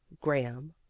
Graham